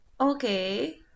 Okay